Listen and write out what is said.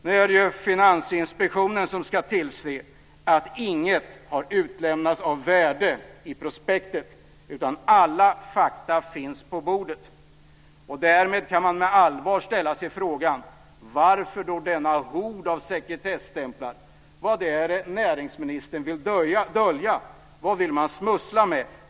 Nu är det Finansinspektionen som ska tillse att inget har utelämnats av värde i prospektet, utan alla fakta finns på bordet. Därmed kan man med allvar ställa sig frågan: Varför denna hord av sekretesstämplar? Vad är det näringsministern vill dölja? Vad vill man smussla med?